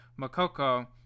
Makoko